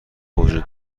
وجود